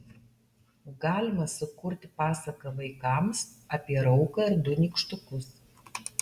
galima sukurti pasaką vaikams apie rauką ir du nykštukus